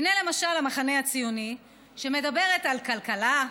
הינה למשל המחנה הציוני, שמדברת על כלכלה,